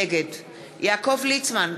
נגד יעקב ליצמן,